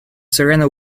serena